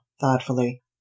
thoughtfully